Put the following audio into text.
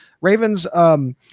Ravens